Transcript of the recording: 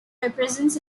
represents